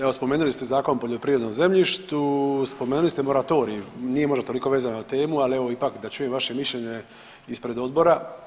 Evo spomenuli ste Zakon o poljoprivrednom zemljištu, spomenuli ste moratorij, nije možda toliko vezano na temu, ali evo ipak da čujem vaše mišljenje ispred odbora.